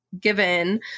given